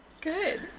Good